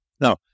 Now